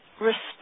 respect